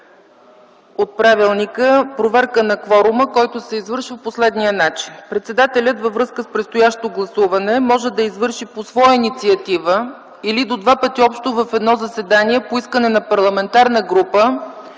от правилника – проверка на кворума, която се извършва по следния начин: „Председателят във връзка с предстоящо гласуване може да извърши по своя инициатива или до два пъти общо в едно заседание по искане на парламентарна група